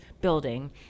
building